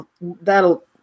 that'll